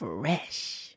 Fresh